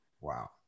Wow